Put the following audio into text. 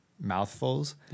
mouthfuls